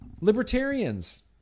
libertarians